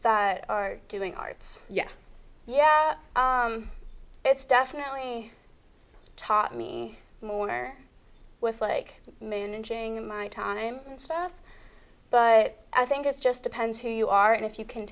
that are doing arts yeah yeah it's definitely taught me more with like managing my time and stuff but i think it's just depends who you are and if you can